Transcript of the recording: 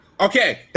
Okay